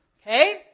Okay